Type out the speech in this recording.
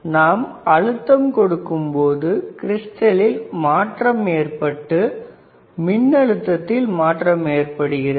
நாம் அழுத்தம் கொடுக்கும் பொழுது கிரிஸ்டலில் மாற்றம் ஏற்பட்டு மின் அழுத்தத்தில் மாற்றம் ஏற்படுகிறது